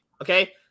Okay